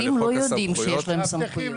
מאבטחים לא יודעים שיש להם סמכויות.